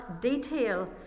detail